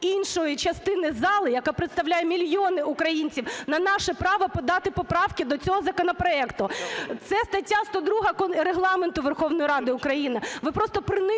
іншої частини зали, яка представляє мільйони українців, на наше право подати поправки до цього законопроекту. Це стаття 102 Регламенту Верховної Ради України.